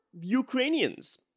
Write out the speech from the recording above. Ukrainians